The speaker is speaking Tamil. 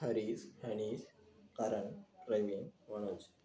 ஹரிஸ் ஹனிஸ் கரண் பிரவீன் மனோஜ்